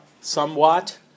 Somewhat